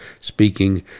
speaking